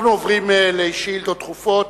אנחנו עוברים לשאילתות דחופות,